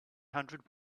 hundred